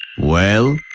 well,